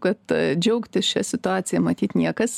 kad džiaugtis šia situacija matyt niekas